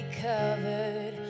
covered